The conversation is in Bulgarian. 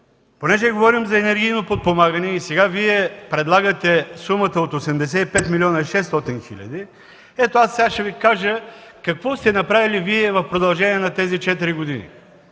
понеже говорим за енергийно подпомагане и сега Вие предлагате сумата от 85 млн. 600 хил. лв., ето аз сега ще Ви кажа какво сте направили Вие в продължение на тези 4 години.